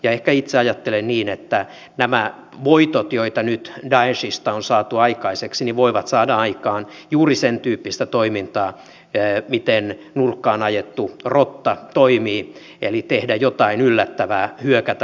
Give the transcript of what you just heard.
ehkä itse ajattelen niin että nämä voitot joita nyt daeshista on saatu aikaiseksi voivat saada aikaan juuri sentyyppistä toimintaa miten nurkkaan ajettu rotta toimii eli tehdään jotain yllättävää hyökätään aggressiivisesti